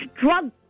drug